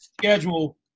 schedule